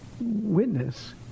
witness